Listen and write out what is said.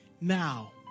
Now